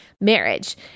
marriage